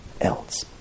else